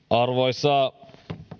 arvoisa